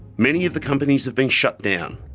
many of the companies have been shut down,